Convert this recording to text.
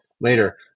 later